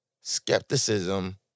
skepticism